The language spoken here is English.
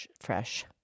fresh